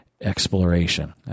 exploration